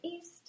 east